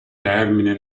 termine